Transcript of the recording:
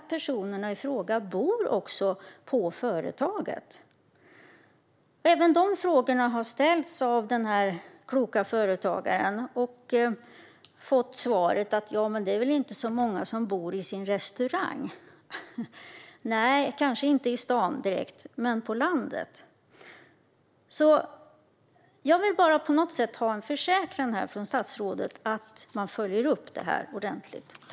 Personerna i fråga bor nämligen också på företaget. Frågor om det har också ställts av den här kloka företagaren. Hon fick till svar: "Nja, det kan väl inte vara särskilt många som bor i sin restaurang?" Nej, det är det kanske inte i staden direkt, men på landet är det det. Jag vill bara ha en försäkran från statsrådet om att man följer upp det här ordentligt.